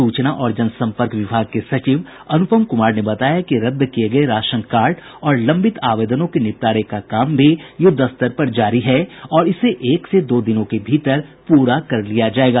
सूचना और जनसंपर्क विभाग के सचिव अनुपम कुमार ने बताया कि रद्द किये गये राशन कार्ड और लंबित आवेदनों के निपटारे का काम भी युद्धस्तर पर जारी है और इसे एक से दो दिनों के भीतर पूरा कर लिया जायेगा